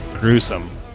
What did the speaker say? Gruesome